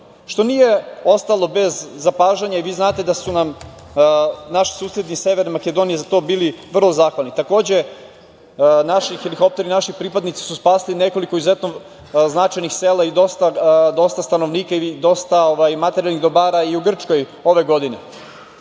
što nije ostalo bez zapažanja i vi znate da su nam naši susedi iz Severne Makedonije za to bili vrlo zahvalni. Takođe, naši helikopteri, naši pripadnici su spasili nekoliko izuzetno značajnih sela i dosta stanovnika i dosta materijalnih dobara i u Grčkoj ove godine.